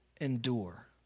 endure